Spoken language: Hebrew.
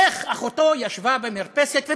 אחי המנוחה נאדיה,